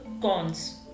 cons